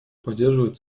поддерживает